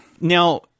Now